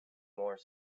more